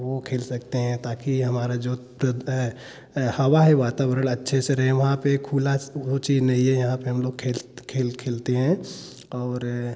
वह खेल सकते हैं ताकि हमारा जो है हवा है वातावरण अच्छे से रहे वहाँ पर खुला यह चीज़ नहीं है यहाँ पर हम लोग खेल खेलते हैं